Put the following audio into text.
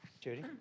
Judy